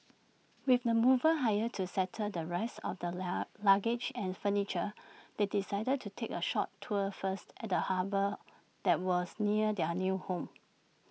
with the movers hired to settle the rest of their la luggage and furniture they decided to take A short tour first at the harbour that was near their new home